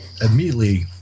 immediately